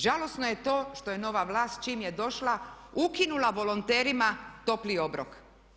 Žalosno je to što je nova vlast čim je došla ukinula volonterima topli obrok.